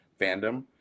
fandom